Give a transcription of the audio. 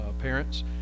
parents